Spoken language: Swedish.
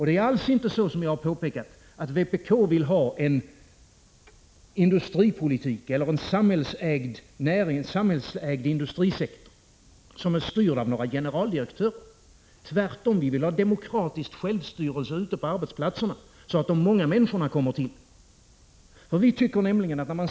Det är, som jag har påpekat, alls inte så, att vpk vill ha en samhällsägd industrisektor som är styrd av generaldirektörer. Tvärtom vill vi ha demokratisk självstyrelse ute på arbetsplatserna så att de många människorna kommer till tals.